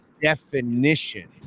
definition